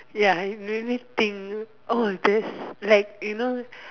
ya it make think oh this like you know